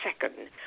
second